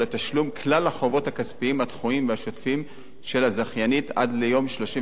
לתשלום כלל החובות הכספיים הדחויים והשוטפים של הזכיינית עד יום 31